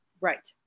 Right